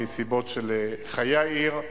מסיבות של חיי העיר,